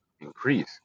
increase